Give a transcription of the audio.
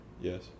Yes